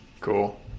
Cool